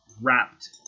wrapped